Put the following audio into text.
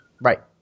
Right